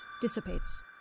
dissipates